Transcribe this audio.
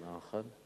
נכון.